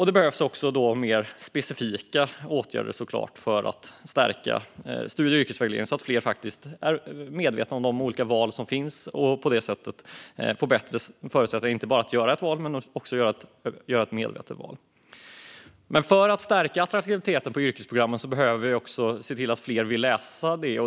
Det behövs också mer specifika åtgärder för att stärka studie och yrkesvägledningen så att fler blir medvetna om de olika val som finns och på det sättet får bättre förutsättningar att inte bara göra ett val utan också göra ett medvetet val. Men för att stärka attraktiviteten på yrkesprogrammen behöver vi också se till att fler vill läsa dem.